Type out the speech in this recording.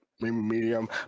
medium